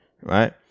right